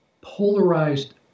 polarized